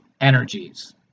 energies